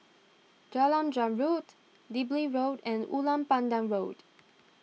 Jalan Zamrud Digby Road and Ulu Pandan Road